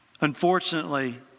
unfortunately